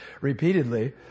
repeatedly